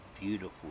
beautiful